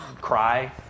cry